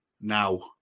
now